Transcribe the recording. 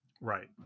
Right